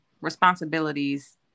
responsibilities